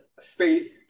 space